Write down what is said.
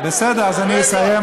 טוב, בסדר, אז אני אסיים.